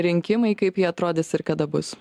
rinkimai kaip jie atrodys ir kada bus